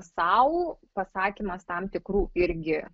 sau pasakymas tam tikrų irgi